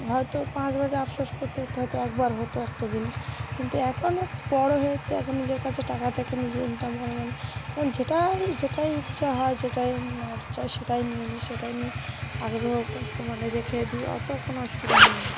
হয়তো পাঁচবার গিয়ে আফসোস করতে করতে হয়তো একবার হতো একটা জিনিস কিন্তু এখন বড় হয়েছি এখন নিজের কাছে টাকা থেকে নিজে ইনকাম করা মানে এখন যেটাই যেটাই ইচ্ছা হয় যেটাই নেওয়ার ইচ্ছা হয় সেটাই নিয়ে নিই সেটাই নিয়ে আগ্রহ মানে রেখে দিই অত কোনো অসুবিধা হয়না